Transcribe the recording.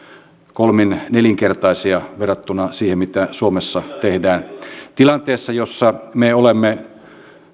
kol min nelinkertaisia verrattuna siihen mitä suomessa tehdään tilanteessa jossa me olemme